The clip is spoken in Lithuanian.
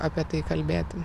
apie tai kalbėti